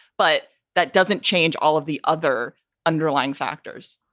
but that doesn't change all of the other underlying factors